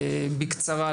בקצרה,